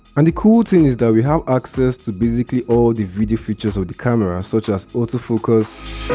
and the cool thing is that we have access to basically all the video features of the camera such as autofocus,